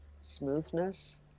smoothness